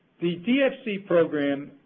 the dfc program,